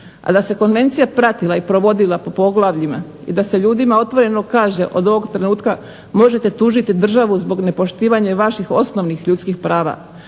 a da se konvencija pratila i provodila po poglavljima i da se ljudima otvoreno kaže od ovog trenutka možete tužiti državu zbog nepoštivanja vaših osnovnih ljudskih prava.